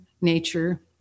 nature